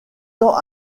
ans